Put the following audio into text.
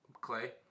Clay